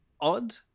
odd